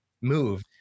move